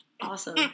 Awesome